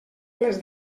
les